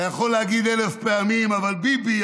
אתה יכול להגיד אלף פעמים "אבל ביבי",